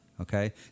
Okay